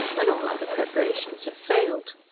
when all other preparations have failed.